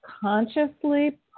consciously